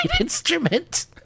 instrument